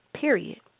period